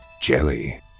Jelly